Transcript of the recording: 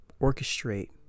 orchestrate